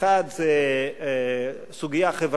אחת היא סוגיה חברתית.